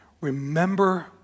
remember